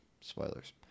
Spoilers